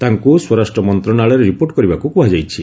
ତାଙ୍କୁ ସ୍ୱରାଷ୍ଟ୍ର ମନ୍ତ୍ରଣାଳୟରେ ରିପୋର୍ଟ କରିବାକୁ କୁହାଯାଇଛି